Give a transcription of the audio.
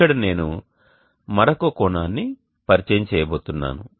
ఇక్కడ నేను మరొక కోణాన్ని పరిచయం చేయబోతున్నాను